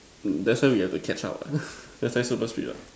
that's why we have to catch up what that's why super speed what